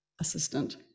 assistant